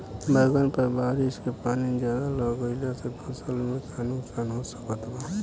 बैंगन पर बारिश के पानी ज्यादा लग गईला से फसल में का नुकसान हो सकत बा?